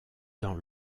dans